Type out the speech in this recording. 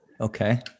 Okay